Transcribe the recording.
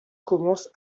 commence